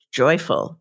joyful